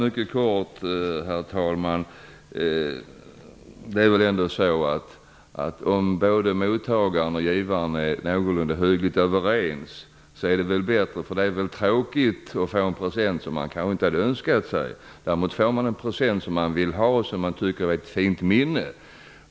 Herr talman! Det är väl bättre om mottagaren och givaren är någorlunda överens. Det är ju trå kigt att få en present som man inte har önskat sig. Om man får en present som man vill ha kan den bli ett fint minne.